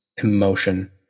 emotion